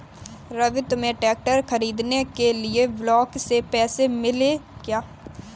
रवि तुम्हें ट्रैक्टर खरीदने के लिए ब्लॉक से पैसे मिले क्या?